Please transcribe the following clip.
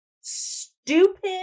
stupid